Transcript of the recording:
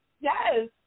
Yes